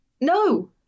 no